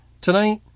Tonight